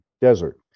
Desert